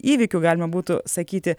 įvykių galima būtų sakyti